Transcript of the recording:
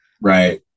right